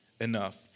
enough